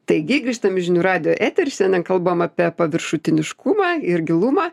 taigi grįžtam į žinių radijo etery šiandien kalbam apie paviršutiniškumą ir gilumą